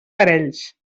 parells